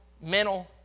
mental